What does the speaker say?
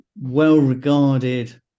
well-regarded